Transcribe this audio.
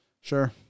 Sure